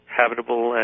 habitable